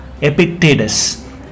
Epictetus